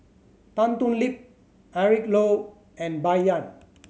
Tan Thoon Lip Eric Low and Bai Yan